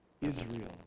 Israel